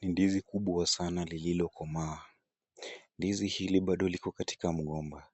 Ni ndizi kubwa sanaa lililo komaa. Ndizi hili bado liko katika mgomba.